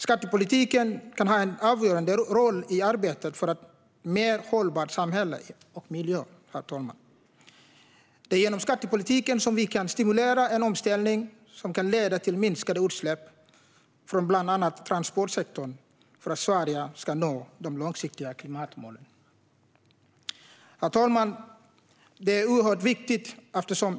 Skattepolitiken kan ha en avgörande roll i arbetet för ett mer hållbart samhälle och en bra miljö, herr talman. Det är genom skattepolitiken vi kan stimulera en omställning som kan leda till minskade utsläpp från bland annat transportsektorn, för att Sverige ska nå de långsiktiga klimatmålen. Herr talman!